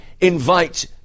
invite